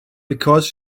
because